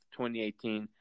2018